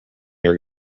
your